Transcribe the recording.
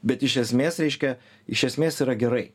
bet iš esmės reiškia iš esmės yra gerai